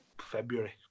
February